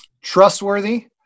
trustworthy